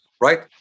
right